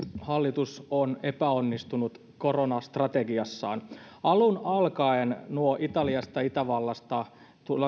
hallitus on epäonnistunut koronastrategiassaan alun alkaen nuo italiasta ja itävallasta